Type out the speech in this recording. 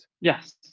yes